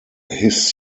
his